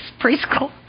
preschool